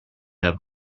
have